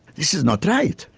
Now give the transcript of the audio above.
this is not right.